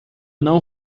não